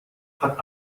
hat